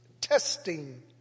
testing